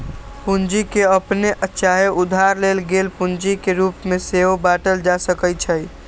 पूंजी के अप्पने चाहे उधार लेल गेल पूंजी के रूप में सेहो बाटल जा सकइ छइ